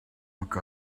look